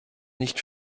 nicht